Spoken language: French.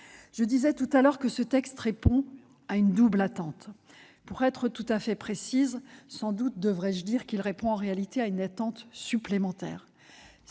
je l'ai dit, ce texte répond à une double attente. Pour être tout à fait précise, sans doute devrais-je dire qu'il répond en réalité à une attente supplémentaire